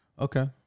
Okay